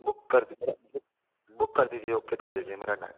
book कर मेरा book book कर दीजिए ओके कर दीजिए